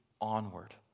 onward